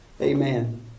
Amen